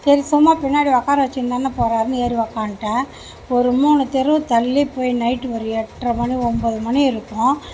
சரி சும்மா பின்னாடி உட்கார வச்சு தானே போகிறாருனு ஏறி உக்காந்துட்டேன் ஒரு மூணு தெரு தள்ளிப் போய் நைட் ஒரு எட்ரை மணி ஒம்போது மணி இருக்கும்